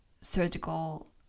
surgical